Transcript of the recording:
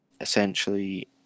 essentially